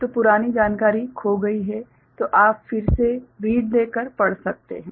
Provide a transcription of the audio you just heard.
तो पुरानी जानकारी खो गई है तो आप फिर से रीड देकर पढ़ सकते हैं